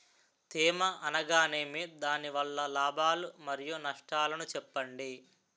తేమ అనగానేమి? దాని వల్ల లాభాలు మరియు నష్టాలను చెప్పండి?